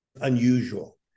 unusual